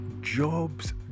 jobs